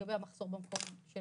לגבי המחסור במקום של